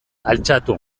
altxatu